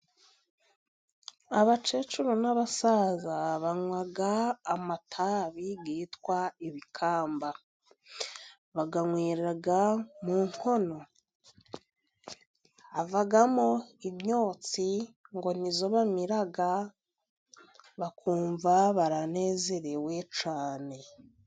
Abakecuru n'abasaza， banywa amatabi yitwa ibikamba. Bayanywera mu nkono， havamo imyotsi， ngo niyo bamira bakumva baranezerewe cyane.